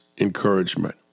encouragement